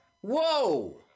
Whoa